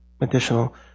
additional